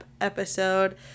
episode